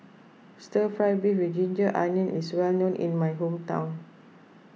Stir Fried Beef with Ginger Onions is well known in my hometown